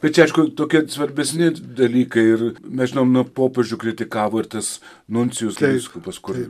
bet čia aišku tokie svarbesni dalykai ir mes žinom na popiežių kritikavo ir tas nuncijus vyskupas kur